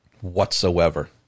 whatsoever